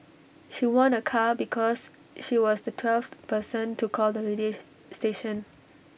she won A car because she was the twelfth person to call the radio she station